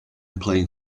playing